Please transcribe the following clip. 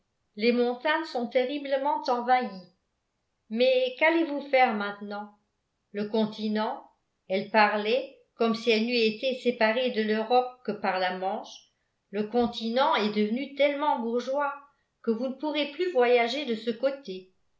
les montagnes sont terriblement envahies mais qu'allez-vous faire maintenant le continent elle parlait comme si elle n'eût été séparée de l'europe que par la manche le continent est devenu tellement bourgeois que vous ne pourrez plus voyager de ce côté